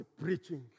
preaching